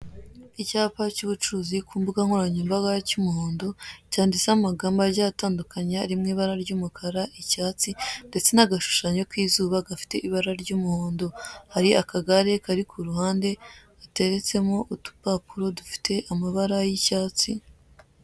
Icyapa cy'ubucuruzi ku mbugankoranyambaga cy'umuhondo cyanditseho amagambo agiye atandukanye ari mu ibara ry'umukara icyatsi ndetse n'agashushanyo k'izuba gafite ibara ry'umuhondo. Hari akagare kari kuruhande gateretsemo udupapuro dufite amabara y'icyatsi.